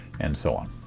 and so on.